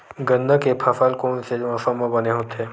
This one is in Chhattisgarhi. गन्ना के फसल कोन से मौसम म बने होथे?